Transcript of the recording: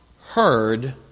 heard